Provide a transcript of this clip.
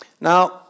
Now